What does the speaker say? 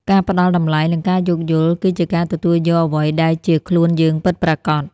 ការផ្ដល់តម្លៃ និងការយោគយល់ គឺជាការទទួលយកអ្វីដែលជាខ្លួនយើងពិតប្រាកដ។